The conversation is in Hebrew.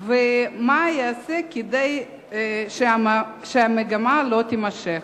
3. מה ייעשה כדי שהמגמה לא תימשך?